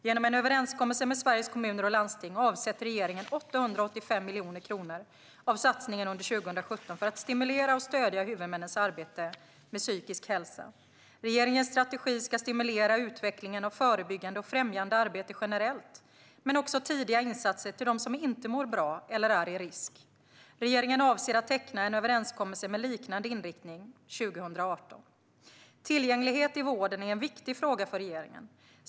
Genom en överenskommelse med Sveriges Kommuner och Landsting avsätter regeringen 885 miljoner kronor av satsningen under 2017 för att stimulera och stödja huvudmännens arbete med psykisk hälsa. Regeringens strategi ska stimulera utvecklingen av förebyggande och främjande arbete generellt men också tidiga insatser till dem som inte mår bra eller är i risk. Regeringen avser att teckna en överenskommelse med liknande inriktning 2018. Tillgänglighet i vården är en viktig fråga för regeringen.